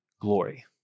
glory